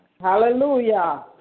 Hallelujah